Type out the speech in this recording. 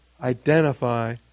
identify